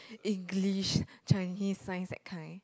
English Chinese science that kind